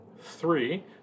three